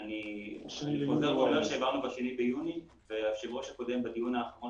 אנחנו עוברים לאישור בדבר העמדת ערבות